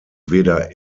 weder